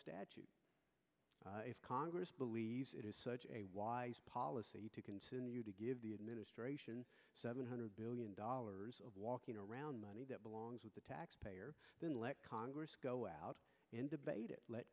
statute if congress believes it is such a wise policy to continue to give the administration seven hundred billion dollars of walking around money that belongs with the taxpayer congress go out and debate it let